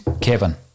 Kevin